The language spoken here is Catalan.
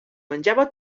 menjava